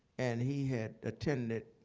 and he had attended